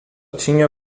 tinha